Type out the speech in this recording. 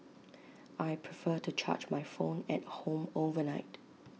I prefer to charge my phone at home overnight